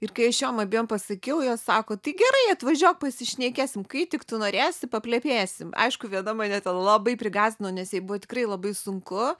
ir kai aš jom abiem pasakiau jos sako tai gerai atvažiuok pasišnekėsim kai tik tu norėsi paplepėsim aišku viena mane ten labai prigąsdino nes jai buvo tikrai labai sunku